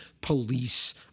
police